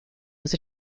was